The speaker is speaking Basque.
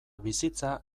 bizitza